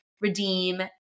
redeem